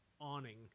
awning